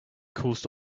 caused